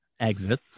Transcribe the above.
exit